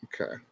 Okay